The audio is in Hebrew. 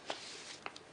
זו מערכת ממוחשבת,